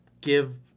give